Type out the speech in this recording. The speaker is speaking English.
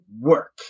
work